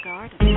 Garden